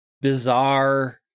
bizarre